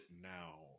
now